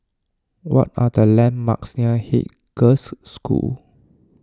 what are the landmarks near Haig Girls' School